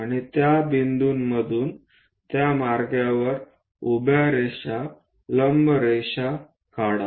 आणि त्या बिंदूमधून त्या मार्गावर उभ्या रेषा लंब रेषा काढा